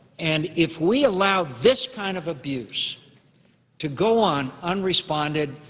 and if we allow this kind of abuse to go on unresponded,